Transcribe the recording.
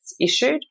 issued